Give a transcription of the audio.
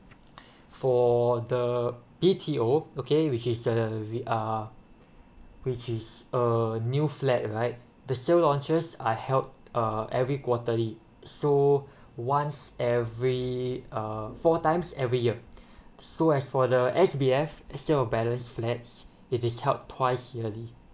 for the B_T_O okay which is uh ah which is err new flat right the sale lunches are help uh every quarterly so once every err four times every year so as for the S_B_F sale of balance flats it is help twice yearly